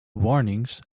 warnings